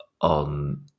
on